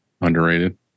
Underrated